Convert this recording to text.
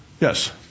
Yes